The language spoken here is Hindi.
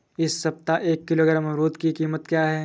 इस सप्ताह एक किलोग्राम अमरूद की कीमत क्या है?